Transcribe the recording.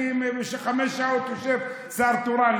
אני במשך חמש שעות יושב שר תורן,